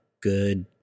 good